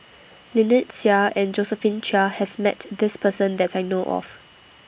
Lynnette Seah and Josephine Chia has Met This Person that I know of